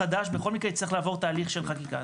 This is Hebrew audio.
אני חושב שהזיכיון החדש בכל מקרה יצטרך לעבור תהליך של חקיקה,